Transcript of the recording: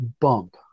bump